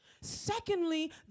Secondly